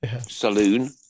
Saloon